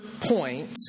point